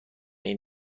این